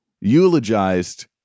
eulogized